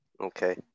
okay